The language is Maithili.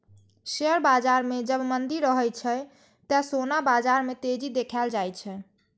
शेयर बाजार मे जब मंदी रहै छै, ते सोना बाजार मे तेजी देखल जाए छै